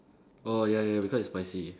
oh ya ya because it's spicy